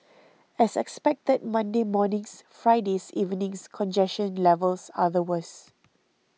as expected Monday morning's Friday's evening's congestion levels are the worse